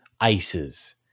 ices